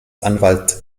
anwalt